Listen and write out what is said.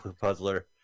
Puzzler